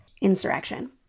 insurrection